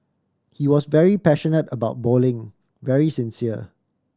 he was very passionate about bowling very sincere